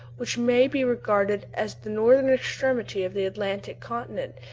which may be regarded as the northern extremity of the atlantic continent,